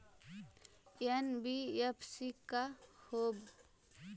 NBFC का होब?